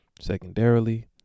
secondarily